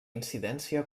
incidència